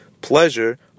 pleasure